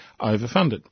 overfunded